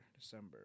December